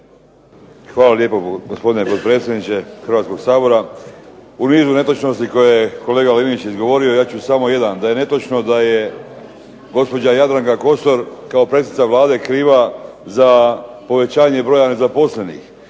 Hvala lijepo gospodine potpredsjedniče Hrvatskog sabora. U nizu netočnosti koje je kolega Linić izgovorio ja ću samo jedan, da je netočno da je gospođa Jadranka Kosor kao predsjednica Vlade kriva za povećanje broja nezaposlenih.